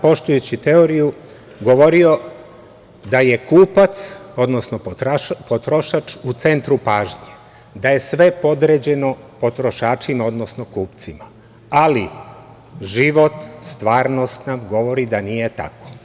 Poštujući teoriju, govorio sam da je kupac, odnosno potrošač u centru pažnje, da je sve podređeno potrošačima, odnosno kupcima, ali život, stvarnost nam govori da nije tako.